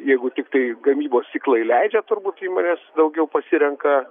jeigu tiktai gamybos ciklai leidžia turbūt įmonės daugiau pasirenka